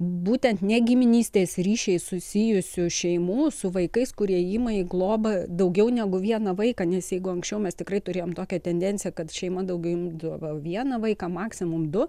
būtent ne giminystės ryšiais susijusių šeimų su vaikais kurie ima į globą daugiau negu vieną vaiką nes jeigu anksčiau mes tikrai turėjom tokią tendenciją kad šeima daugiau imdavo vieną vaiką maksimum du